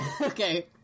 Okay